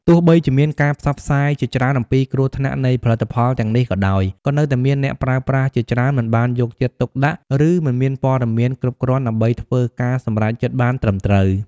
ទោះបីជាមានការផ្សព្វផ្សាយជាច្រើនអំពីគ្រោះថ្នាក់នៃផលិតផលទាំងនេះក៏ដោយ ក៏នៅតែមានអ្នកប្រើប្រាស់ជាច្រើនមិនបានយកចិត្តទុកដាក់ ឬមិនមានព័ត៌មានគ្រប់គ្រាន់ដើម្បីធ្វើការសម្រេចចិត្តបានត្រឹមត្រូវ។